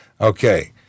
Okay